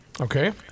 Okay